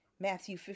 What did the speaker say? Matthew